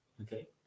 Okay